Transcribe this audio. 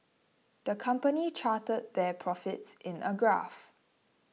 the company charted their profits in a graph